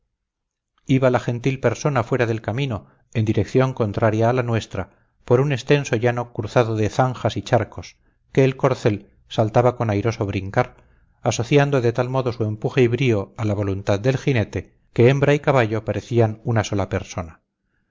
iba la gentil persona fuera del camino en dirección contraria a la nuestra por un extenso llano cruzado de zanjas y charcos que el corcel saltaba con airoso brincar asociando de tal modo su empuje y brío a la voluntad del jinete que hembra y caballo parecían una sola persona